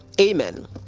Amen